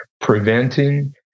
Preventing